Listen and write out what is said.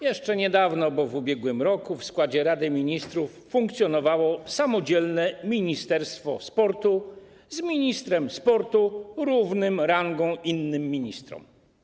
Jeszcze niedawno, bo w ubiegłym roku, w składzie Rady Ministrów funkcjonowało samodzielne ministerstwo sportu z ministrem sportu równym rangą innym ministrom.